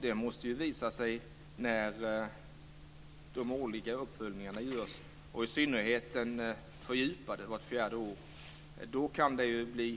Det kommer att visa sig när de årliga uppföljningarna görs, och i synnerhet när den fördjupade uppföljningen görs vart fjärde år. Då kan det vara